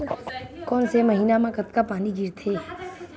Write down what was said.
कोन से महीना म कतका पानी गिरथे?